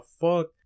fuck